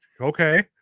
okay